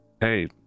hey